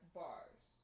bars